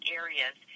areas